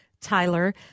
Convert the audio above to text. Tyler